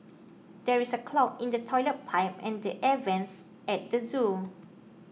there is a clog in the Toilet Pipe and the Air Vents at the zoo